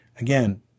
again